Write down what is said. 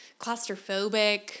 claustrophobic